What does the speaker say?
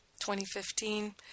2015